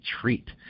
treat